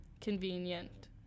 convenient